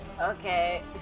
Okay